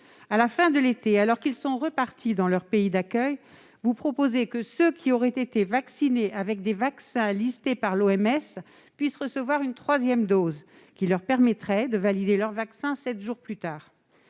À la fin de l'été, alors qu'ils sont repartis dans leurs pays d'accueil, vous proposez que ceux qui auraient été vaccinés avec des vaccins listés par l'OMS, l'Organisation mondiale de la santé, puissent recevoir une troisième dose, qui leur permettrait de valider leur vaccin sept jours plus tard.